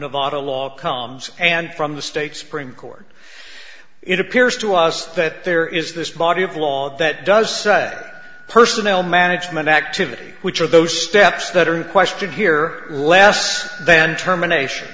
nevada law comes and from the state supreme court it appears to us that there is this body of law that does set personnel management activity which are those steps that are question here less then termination